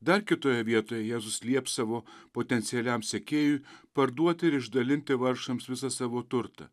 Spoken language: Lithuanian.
dar kitoje vietoje jėzus lieps savo potencialiam sekėjui parduoti ir išdalinti vargšams visą savo turtą